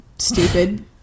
stupid